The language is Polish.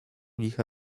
licha